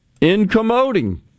incommoding